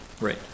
Right